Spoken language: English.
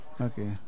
Okay